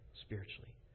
spiritually